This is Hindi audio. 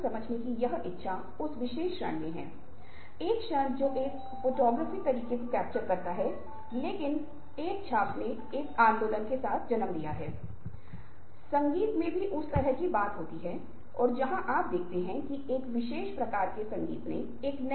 इसलिए हम इच्छाओं के अधिक जटिल सेटों के लिए वयस्कों के रूप में बातचीत करते हैं जब हम उनकी बारीकी से जांच करते हैं तो अक्सर उन चीजों के लिए नीचे आते हैं जो हमने बच्चों के लिए बातचीत की थीं